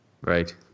Right